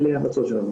אלה ההמלצות שלנו.